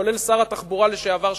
כולל שר התחבורה לשעבר שטרית,